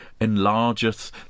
enlargeth